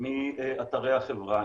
מאתרי החברה.